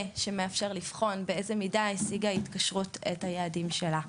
שמאפשר לבחון באיזו מידה השיגה ההתקשרות את היעדים שלה.